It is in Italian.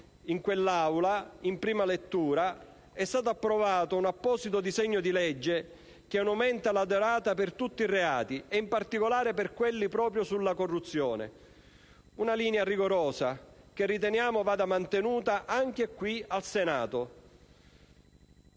ieri, in prima lettura, ed è stato approvato un apposito disegno di legge che ne aumenta la durata per tutti i reati e in particolare per quelli di corruzione. Una linea rigorosa, che riteniamo vada mantenuta anche qui al Senato.